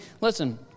listen